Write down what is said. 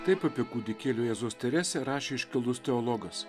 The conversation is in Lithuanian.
taip apie kūdikėlio jėzaus teresę rašė iškilus teologas